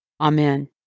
Amen